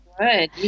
good